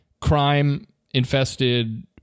crime-infested